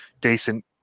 decent